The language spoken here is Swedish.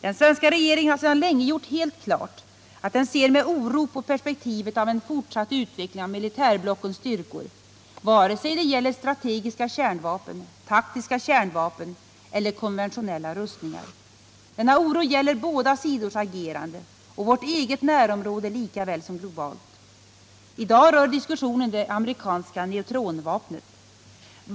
Den svenska regeringen har sedan länge gjort helt klart att den ser med oro på perspektivet av en fortsatt utveckling av militärblockens styrkor vare sig det gäller strategiska kärnvapen, taktiska kärnvapen eller konventionella rustningar. Denna oro gäller båda sidors agerande och vårt eget närområde lika väl som globalt. I dag rör diskussionen det amerikanska neutronvapnet.